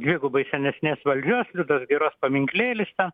dvigubai senesnės valdžios liudos giros paminklėlis ten